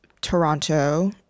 Toronto